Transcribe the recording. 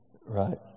Right